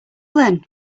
then